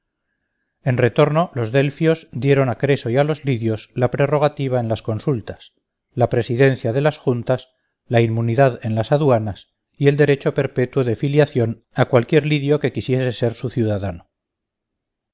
en retorno los delfios dieron a creso y a los lidios la prerrogativa en las consultas la presidencia de las juntas la inmunidad en las aduanas y el derecho perpetuo de filiación a cualquier lidio que quisiere ser su conciudadano